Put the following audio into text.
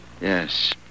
Yes